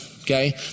Okay